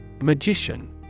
Magician